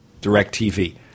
DirecTV